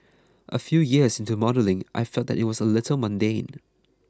a few years into modelling I felt that it was a little mundane